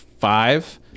five